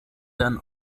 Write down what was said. deren